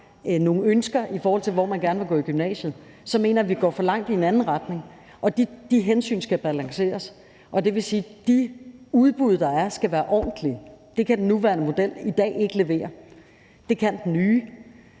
nogle ønsker, i forhold til hvor gerne vil gå i gymnasiet, så går vi for langt i en anden retning, mener jeg. Og de hensyn skal balanceres. Det vil sige, at de udbud, der er, skal være ordentlige. Det kan den nuværende model i dag ikke levere. Det kan den nye.